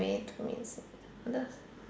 way to meet the sig~